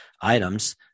items